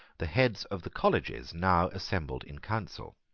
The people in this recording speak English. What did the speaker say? the heads of the colleges now assembled in council.